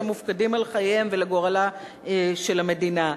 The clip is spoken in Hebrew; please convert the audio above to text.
שהם מופקדים על חייהם ולגורלה של המדינה.